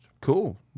Cool